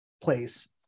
place